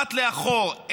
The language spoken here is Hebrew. במבט לאחור,